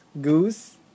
goose